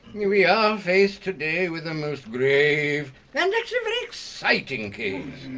yeah we are faced today with a most grave and actually very exciting case!